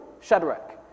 Shadrach